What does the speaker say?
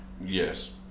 yes